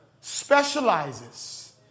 specializes